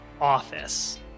office